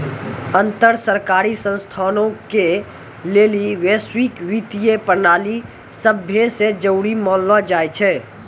अन्तर सरकारी संस्थानो के लेली वैश्विक वित्तीय प्रणाली सभै से जरुरी मानलो जाय छै